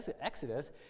Exodus